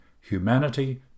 humanity